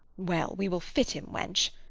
well, we will fit him, wench.